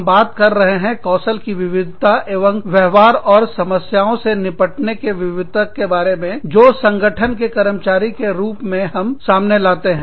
हम बात कर रहे हैं कौशल की विविधता एवं व्यवहार और समस्याओं से निपटने के विविधता के बारे में जो संगठन के कर्मचारी के रूप में हम सामने लाते हैं